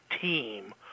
team